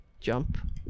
jump